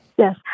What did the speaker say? Yes